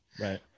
Right